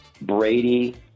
Brady